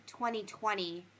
2020